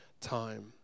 time